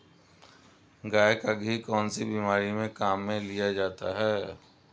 गाय का घी कौनसी बीमारी में काम में लिया जाता है?